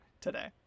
today